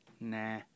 Nah